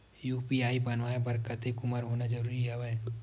UPI बनवाय बर कतेक उमर होना जरूरी हवय?